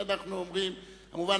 אנחנו אומרים: המובן